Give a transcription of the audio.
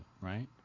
right